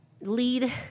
lead